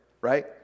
right